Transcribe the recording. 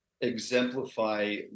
exemplify